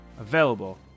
available